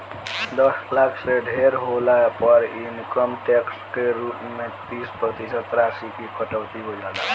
दस लाख से ढेर होला पर इनकम टैक्स के रूप में तीस प्रतिशत राशि की कटौती हो जाला